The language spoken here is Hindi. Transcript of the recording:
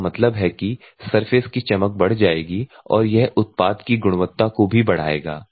इसका मतलब है कि सरफेस की चमक बढ़ जाएगी और यह उत्पाद की गुणवत्ता को भी बढ़ाएगा